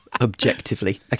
Objectively